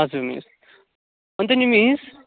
हजुर मिस अन्त नि मिस